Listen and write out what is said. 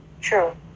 True